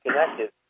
connected